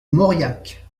mauriac